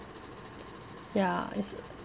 ya it's